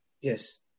Yes